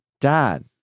Dad